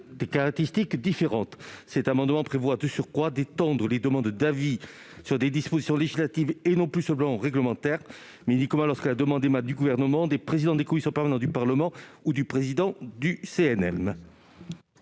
des caractéristiques différentes. Il s'agit de surcroît d'étendre le périmètre des demandes d'avis aux dispositions législatives, et non plus seulement réglementaires, mais uniquement lorsque la demande émane du Gouvernement, des présidents des commissions permanentes du Parlement ou du président du CNM.